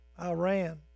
iran